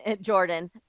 Jordan